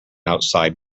outside